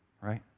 right